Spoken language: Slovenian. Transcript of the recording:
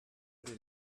pri